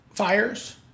Fires